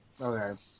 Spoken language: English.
Okay